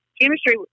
chemistry